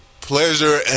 pleasure